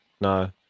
No